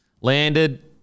landed